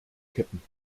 kippen